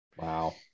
Wow